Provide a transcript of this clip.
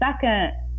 second